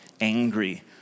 angry